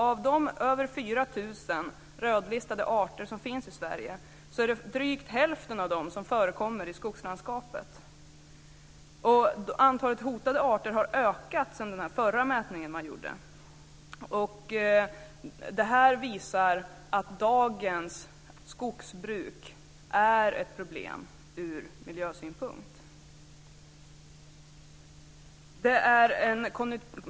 Av de över 4 000 rödlistade arter som finns i Sverige är drygt hälften sådana som förekommer i skogslandskapet. Antalet hotade arter har ökat sedan den förra mätningen. Det här visar att dagens skogsbruk är ett problem ur miljösynpunkt.